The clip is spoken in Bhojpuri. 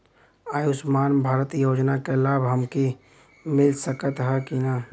आयुष्मान भारत योजना क लाभ हमके मिल सकत ह कि ना?